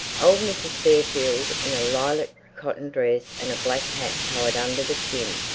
old mrs. fairfield, in a lilac cotton dress and a black hat tied under the chin,